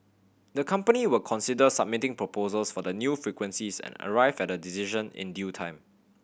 the company will consider submitting proposals for the new frequencies and arrive at a decision in due time